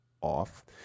off